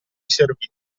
servizi